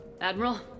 Admiral